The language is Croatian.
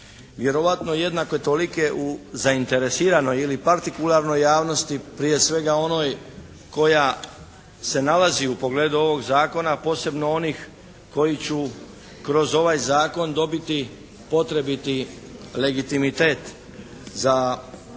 vjerojatno jednako tolike u zainteresiranoj ili partikularnoj javnosti prije svega onoj koja se nalazi u pogledu ovog zakona, a posebno onih koji će kroz ovaj zakon dobiti potrebiti legitimitet za svoj